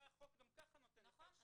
זה גם ככה החוק נותן לך אפשרות".